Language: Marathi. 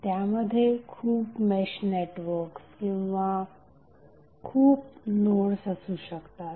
त्यामध्ये खूप मेश नेटवर्क्स किंवा खूप नोड्स असू शकतात